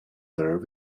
her